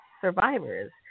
survivors